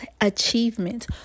achievements